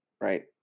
Right